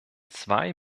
zwei